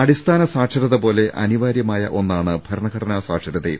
അടിസ്ഥാന സാക്ഷരത പോലെ അനിവാരൃമായ ഒന്നാണ് ഭരണഘടനാ സാക്ഷരതയും